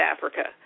Africa